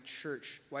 church